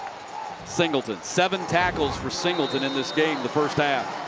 singleton. seven tackles for singleton in this game the first half.